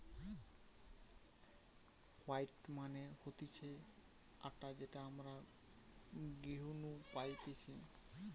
wheat মানে হতিছে আটা যেটা আমরা গেহু নু পাইতেছে